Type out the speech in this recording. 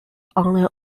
only